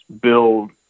build